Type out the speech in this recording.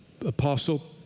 apostle